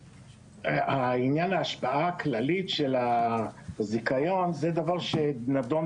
עניין ההשפעה הכללית של הזיכיון זה דבר שנדון